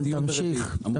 תמשיך.